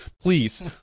please